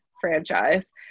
franchise